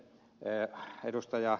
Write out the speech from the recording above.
mutta ed